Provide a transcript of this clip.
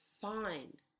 find